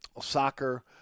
soccer